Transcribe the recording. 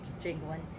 jingling